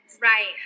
Right